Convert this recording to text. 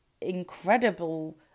incredible